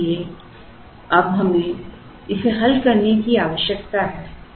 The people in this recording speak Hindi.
इसलिए अब हमें इसे हल करने की आवश्यकता है